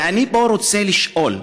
ואני פה רוצה לשאול: